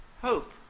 hope